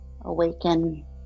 awaken